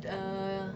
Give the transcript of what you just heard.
uh